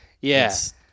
Yes